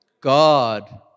God